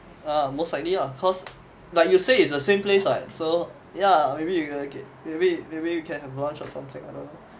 ah most likely lah cause like you say it's the same place lah so ya maybe you can maybe maybe we can have lunch or something you know